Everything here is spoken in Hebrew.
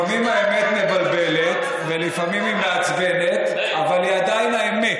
אתה פוגע בחברה ישראלית שיש בה אלפי עובדים ישראלים.